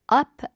up